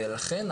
ולכן,